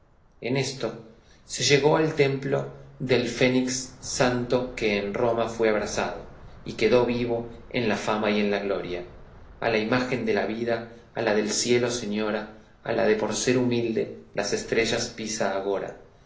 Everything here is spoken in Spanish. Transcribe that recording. en esto se llegó al templo del fénix santo que en roma fue abrasado y quedó vivo en la fama y en la gloria a la imagen de la vida a la del cielo señora a la que por ser humilde las estrellas pisa agora